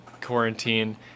quarantine